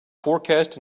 forecast